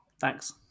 Thanks